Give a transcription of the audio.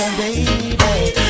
baby